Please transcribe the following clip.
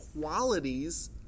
qualities